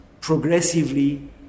progressively